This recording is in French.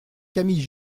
camille